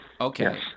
Okay